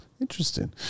interesting